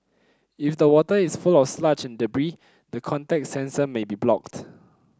if the water is full of sludge and debris the contact sensor may be blocked